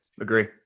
Agree